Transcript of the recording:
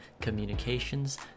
communications